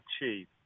achieve